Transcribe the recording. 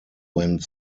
went